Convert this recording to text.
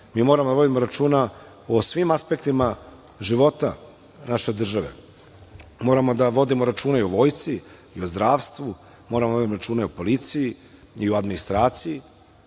moramo da vodimo računa o svim aspektima života naše države. Moramo da vodimo računa i o Vojsci i o zdravstvu i o policiji i o administraciji,